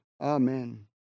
Amen